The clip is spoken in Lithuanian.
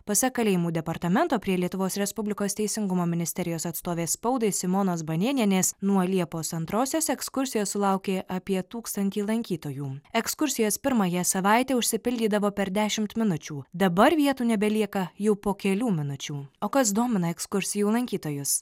pasak kalėjimų departamento prie lietuvos respublikos teisingumo ministerijos atstovės spaudai simonos banėnienės nuo liepos antrosios ekskursijos sulaukė apie tūkstantį lankytojų ekskursijos pirmąją savaitę užsipildydavo per dešimt minučių dabar vietų nebelieka jau po kelių minučių o kas domina ekskursijų lankytojus